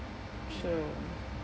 so